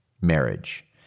marriage